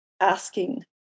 asking